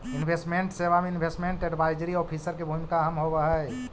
investment सेवा में investment advisory officer के भूमिका अहम होवऽ हई